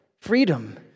Freedom